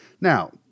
Now